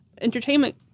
entertainment